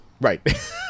right